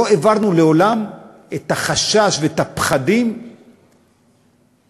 לא העברנו לעולם את החשש ואת הפחדים לאזרחים,